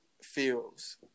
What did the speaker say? feels